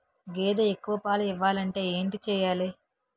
గేదె ఎక్కువ పాలు ఇవ్వాలంటే ఏంటి చెయాలి?